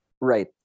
Right